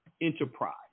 enterprise